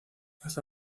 hasta